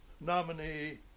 nominee